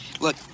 Look